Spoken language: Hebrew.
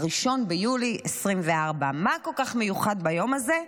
1 ביולי 2024. מה כל כך מיוחד ביום הזה?